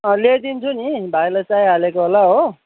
ल्याइदिन्छु नि भाइलाई चाहिहालेको होला हो